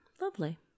Lovely